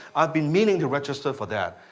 i've been meaning to register for that.